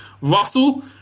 Russell